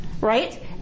right